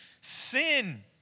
Sin